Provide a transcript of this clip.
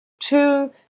Two